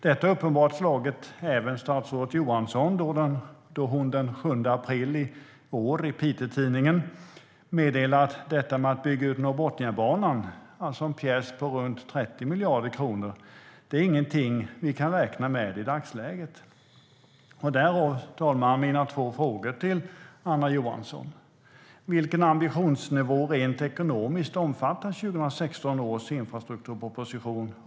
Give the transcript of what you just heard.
Detta har uppenbarligen slagit även statsrådet Johansson då hon den 7 april i år meddelade i Piteå-Tidningen att detta med att bygga ut Norrbotniabanan - det är en pjäs på runt 30 miljarder kronor - inte är någonting vi kan räkna med i dagsläget. Därav kommer mina frågor till Anna Johansson, fru talman. Vilken ambitionsnivå, rent ekonomiskt, omfattar 2016 års infrastrukturproposition?